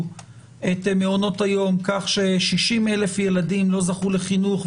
את מעונות היום כך ש-60 אלף ילדים לא זכו לחינוך,